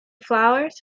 flowers